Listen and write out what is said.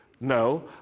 no